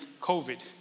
COVID